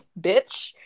bitch